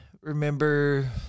remember